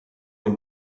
den